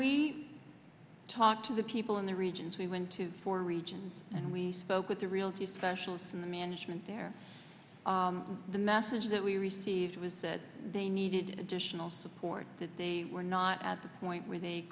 we talked to the people in the regions we went to four regions and we spoke with the realty specialists and the management there the message that we received was that they needed additional support that they were not at the point where they